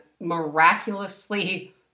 miraculously